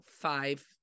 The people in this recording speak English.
five